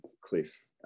cliff